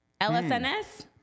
L-S-N-S